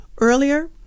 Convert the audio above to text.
earlier